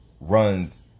runs